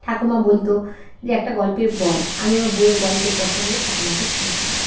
ঠাকুমা বলতো যে একটা গল্পের বল আমি আমার বইয়ের গল্পের প্রসঙ্গে ঠাকুমাকে পড়ে শোনাতাম